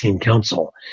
Council